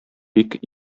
бик